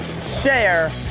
share